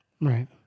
Right